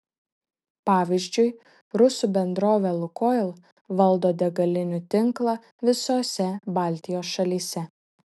pavyzdžiui rusų bendrovė lukoil valdo degalinių tinklą visose baltijos šalyse